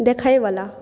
देखैवला